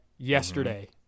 yesterday